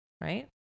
right